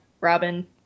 Robin